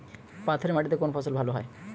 পাথরে মাটিতে কোন ফসল ভালো হয়?